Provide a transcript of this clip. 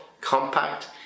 compact